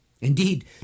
Indeed